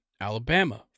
Alabama